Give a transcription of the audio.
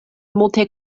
multe